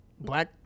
black